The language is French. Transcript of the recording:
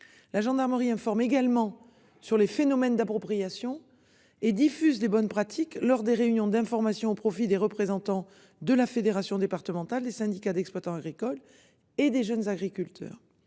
La gendarmerie informe également sur les phénomènes d'appropriation et diffuse des bonnes pratiques lors des réunions d'information au profit des représentants de la Fédération départementale des syndicats d'exploitants agricoles et des Jeunes Agriculteurs.